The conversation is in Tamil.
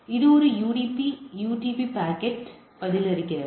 இது ஒரு யுடிபி உடன் யுடிபி பாக்கெட்டுக்கு பதிலளிக்கிறது